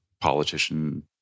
politician